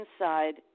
inside